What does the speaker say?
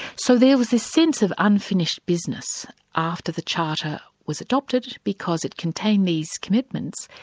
so there was this sense of unfinished business after the charter was adopted, because it contained these commitments,